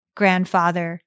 grandfather